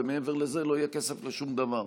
ומעבר לזה לא יהיה כסף לשום דבר.